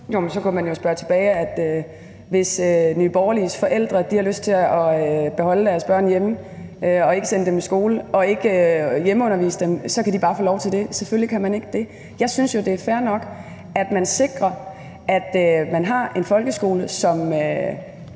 (KF): Så kunne man jo spørge den anden vej: Hvis de forældre, Nye Borgerlige taler om, har lyst til at holde deres børn hjemme og ikke sende dem i skole og ikke hjemmeundervise dem, kan de så bare få lov til det? Selvfølgelig kan de ikke det. Jeg synes jo, det er fair nok, at man sikrer, at man har en folkeskole, som